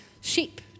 sheep